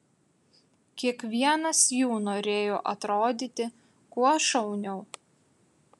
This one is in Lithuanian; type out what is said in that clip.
kiekvienas jų norėjo atrodyti kuo šauniau